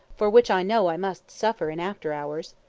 for which i know i must suffer in after hours.